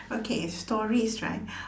okay stories right